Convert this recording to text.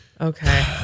Okay